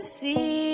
see